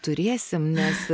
turėsim nes